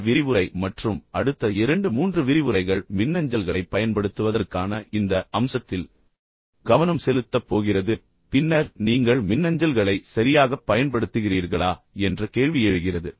இந்த விரிவுரை மற்றும் அடுத்த இரண்டு மூன்று விரிவுரைகள் மின்னஞ்சல்களைப் பயன்படுத்துவதற்கான இந்த அம்சத்தில் கவனம் செலுத்தப் போகிறது பின்னர் நீங்கள் மின்னஞ்சல்களை சரியாகப் பயன்படுத்துகிறீர்களா என்ற கேள்வி எழுகிறது